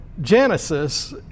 Genesis